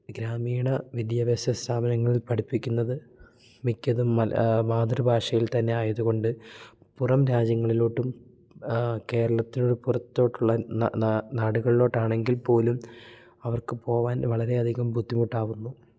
ഗ്രാമീണ വിദ്യാഭ്യാസ സ്ഥാപനങ്ങളിൽ പഠിപ്പിക്കുന്നത് മിക്കതും മലയാളം മാതൃഭാഷയിൽ തന്നെ ആയതു കൊണ്ട് പുറം രാജ്യങ്ങളിലോട്ടും കേരളത്തിന് പുറത്തോട്ടുള്ള നാടുകളിലോട്ട് ആണെങ്കിൽ പോലും അവർക്ക് പോവാൻ വളരെ അധികം ബുദ്ധിമുട്ടാവുന്നു